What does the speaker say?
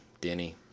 denny